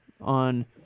on